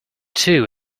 too